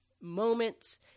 moments